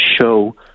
show